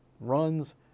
runs